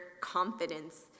confidence